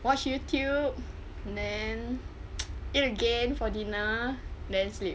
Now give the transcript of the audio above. watch youtube and then eat again for dinner then sleep